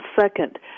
Second